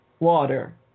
water